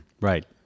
right